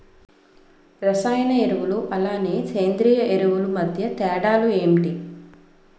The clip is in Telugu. రసాయన ఎరువులు అలానే సేంద్రీయ ఎరువులు మధ్య తేడాలు ఏంటి?